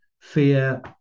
fear